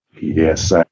Yes